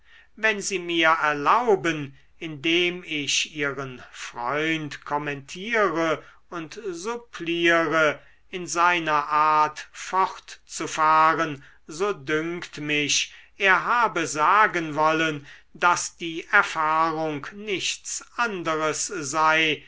wenn sie mir erlauben indem ich ihren freund kommentiere und suppliere in seiner art fortzufahren so dünkt mich er habe sagen wollen daß die erfahrung nichts anderes sei